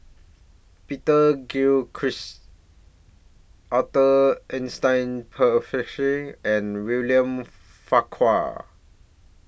Peter Gilchrist Arthur Ernest and William Farquhar